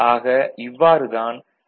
ஆக இவ்வாறு தான் டி